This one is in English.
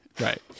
right